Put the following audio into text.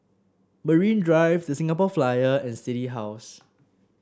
Marine Drive The Singapore Flyer and City House